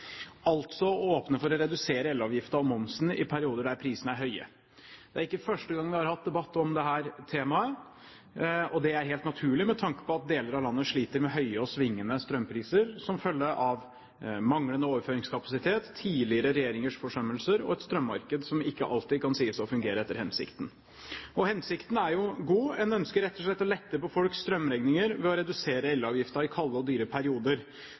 altså å åpne for å redusere elavgiften og momsen i perioder der prisene er høye. Det er ikke første gang vi har hatt debatt om dette temaet, og det er helt naturlig med tanke på at deler av landet sliter med høye og svingende strømpriser som følge av manglende overføringskapasitet, tidligere regjeringers forsømmelser og et strømmarked som ikke alltid kan sies å fungere etter hensikten. Hensikten er jo god, en ønsker rett og slett å lette på folks strømregninger ved å redusere elavgiften i kalde og dyre perioder.